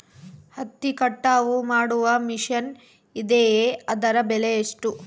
ಹತ್ತಿ ಕಟಾವು ಮಾಡುವ ಮಿಷನ್ ಇದೆಯೇ ಅದರ ಬೆಲೆ ಎಷ್ಟು?